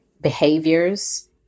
behaviors